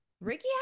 Ricky